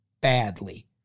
badly